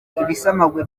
ibisamagwe